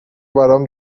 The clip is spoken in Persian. برام